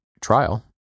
trial